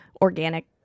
organic